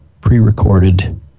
pre-recorded